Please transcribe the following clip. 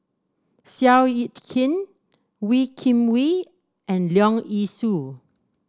Seow Yit Kin Wee Kim Wee and Leong Yee Soo